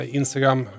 Instagram